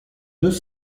deux